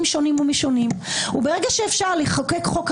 גלעד, בוקר טוב.